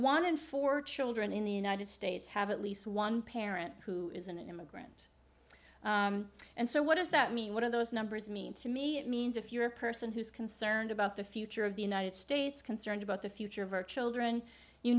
one in four children in the united states have at least one parent who is an immigrant and so what does that mean what are those numbers mean to me it means if you're a person who's concerned about the future of the united states concerned about the future of our children you